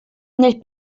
nel